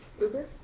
Uber